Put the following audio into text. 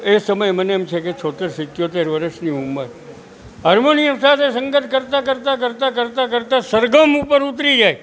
એ સમયે મને એમ છે કે છોંતેર સિત્તોતેર વર્ષની ઉંમર હાર્મોનિયમ સાથે સંગત કરતાં કરતાં કરતાં કરતાં કરતાં સરગમો પર ઉતરી જાય